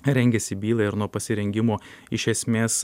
rengiasi bylai ir nuo pasirengimo iš esmės